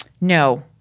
No